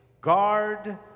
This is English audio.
Guard